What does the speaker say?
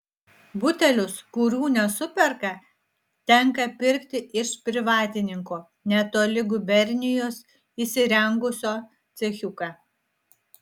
butelius kurių nesuperka tenka pirkti iš privatininko netoli gubernijos įsirengusio cechiuką